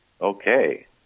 Okay